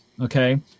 Okay